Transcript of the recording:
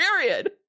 Period